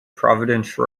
providence